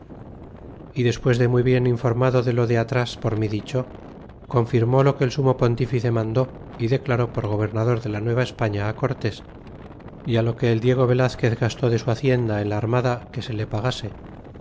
y despues de muy bien informado de lo de atras por mí dicho confirmó lo que el sumo pontífice mandó y declaró por gobernador de la nuevaespaña cortés y lo que el diego velazquez gastó de su hacienda en la armada que se le pagase